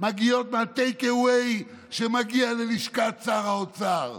מגיעות מהטייק אווי שמגיע ללשכת שר האוצר,